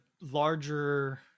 larger